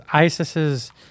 ISIS's